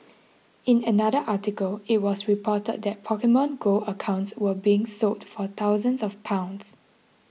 in another article it was reported that Pokemon Go accounts were being sold for thousands of pounds